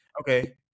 Okay